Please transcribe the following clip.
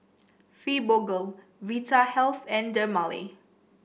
Fibogel Vitahealth and Dermale